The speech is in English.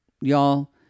Y'all